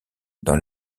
dans